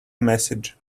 message